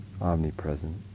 omnipresent